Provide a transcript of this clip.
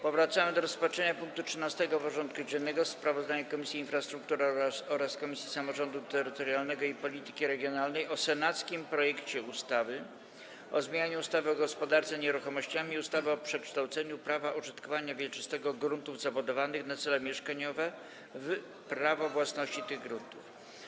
Powracamy do rozpatrzenia punktu 13. porządku dziennego: Sprawozdanie Komisji Infrastruktury oraz Komisji Samorządu Terytorialnego i Polityki Regionalnej o senackim projekcie ustawy o zmianie ustawy o gospodarce nieruchomościami i ustawy o przekształceniu prawa użytkowania wieczystego gruntów zabudowanych na cele mieszkaniowe w prawo własności tych gruntów.